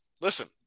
listen